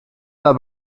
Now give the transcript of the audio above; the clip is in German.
war